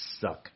suck